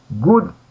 Good